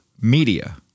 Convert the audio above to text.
media